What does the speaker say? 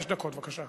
חמש דקות, בבקשה.